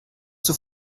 zur